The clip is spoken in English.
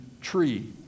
tree